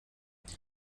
sie